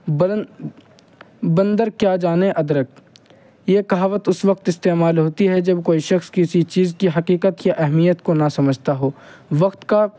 بلن بندر کیا جانے ادرک یہ کہاوت اس وقت استعمال ہوتی ہے جب کوئی شخص کسی چیز کی حقیقت کی اہمیت کو نہ سمجھتا ہو وقت کا